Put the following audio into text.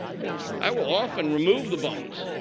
i will often remove the bones.